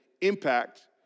impact